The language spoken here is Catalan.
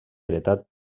heretat